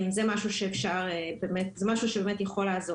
זה משהו שבאמת יכול לעזור.